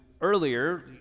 earlier